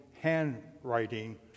handwriting